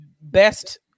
best